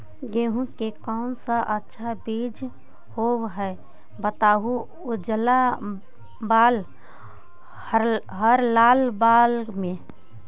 गेहूं के कौन सा अच्छा बीज होव है बताहू, उजला बाल हरलाल बाल में?